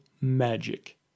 magic